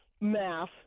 math